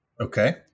okay